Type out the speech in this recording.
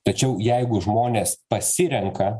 tačiau jeigu žmonės pasirenka